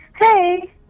Hey